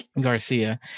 Garcia